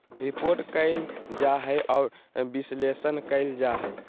report कइल जा हइ और विश्लेषण कइल जा हइ